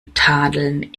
tadeln